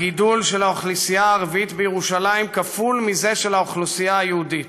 הגידול של האוכלוסייה הערבית בירושלים כפול מזה של האוכלוסייה היהודית.